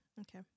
okay